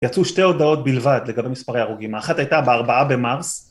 יצאו שתי הודעות בלבד לגבי מספרי הרוגים אחת הייתה בארבעה במרס